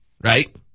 right